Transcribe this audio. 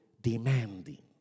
demanding